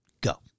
Go